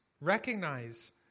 Recognize